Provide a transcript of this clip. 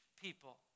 people